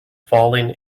falling